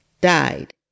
died